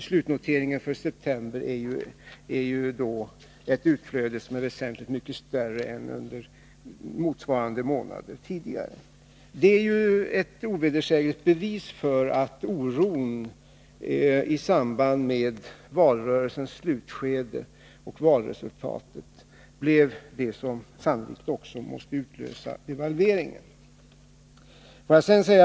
Slutnoteringen för september anger ett utflöde som är väsentligt mycket större än under motsvarande månader tidigare. Det är ju ett ovedersägligt bevis för att oron i samband med valrörelsens slutskede och valresultatet sannolikt blev det som utlöste devalveringen.